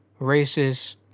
racist